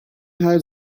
her